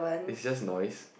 is just noise